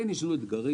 יש לנו אתגרים,